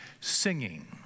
singing